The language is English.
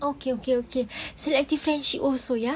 okay okay okay selective friendship also ya